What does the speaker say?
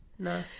no